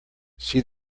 see